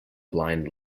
blind